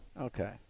Okay